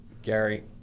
Gary